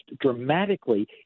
dramatically